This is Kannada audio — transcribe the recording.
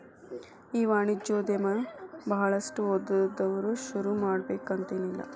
ಈ ವಾಣಿಜ್ಯೊದಮನ ಭಾಳಷ್ಟ್ ಓದ್ದವ್ರ ಶುರುಮಾಡ್ಬೆಕಂತೆನಿಲ್ಲಾ